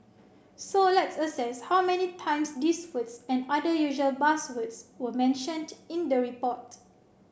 so let's assess how many times these words and other usual buzzwords were mentioned in the report